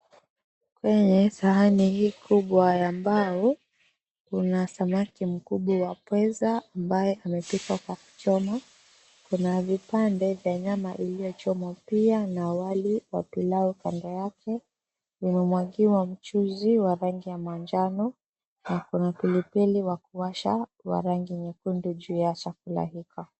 Kwenye sahani hii kubwa ya mbao, kuna samaki mkubwa wa pweza ambaye amepikwa kwa kuchoma. Kuna vipande vya nyama iliyochomwa pia na wali wa pilau kando yake umemwagiwa mchuzi wa rangi ya manjano na pilipili wa kuwasha wa rangi nyekundu juu ya chakula hicho.